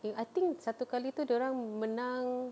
mm I think satu kali tu dorang menang